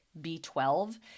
B12